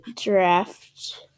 draft